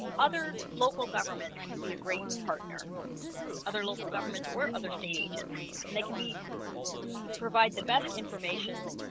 other local governments can be a great partner other local governments or other state agencies and they can be provide the best information